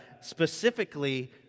specifically